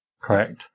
Correct